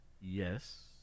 Yes